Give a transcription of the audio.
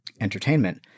entertainment